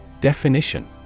Definition